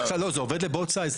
לא, זה עובד לשני הצדדים.